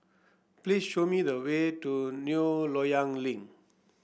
please show me the way to New Loyang Link